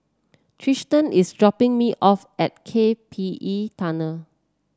Tristen is dropping me off at K P E Tunnel